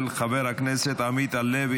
של חבר הכנסת עמית הלוי.